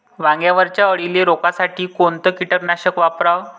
वांग्यावरच्या अळीले रोकासाठी कोनतं कीटकनाशक वापराव?